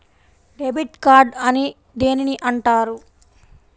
Debit card అని దేనిని అంటారు?